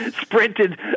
sprinted